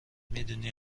میدونی